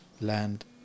Land